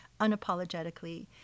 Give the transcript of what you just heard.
unapologetically